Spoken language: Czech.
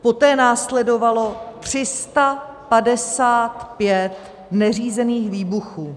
Poté následovalo 355 neřízených výbuchů.